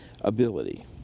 ability